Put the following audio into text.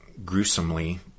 Gruesomely